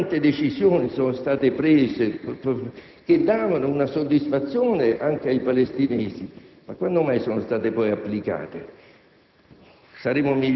Ricordiamo quante decisioni sono state prese che davano soddisfazione anche ai palestinesi, ma quando mai sono state poi applicate?